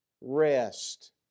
rest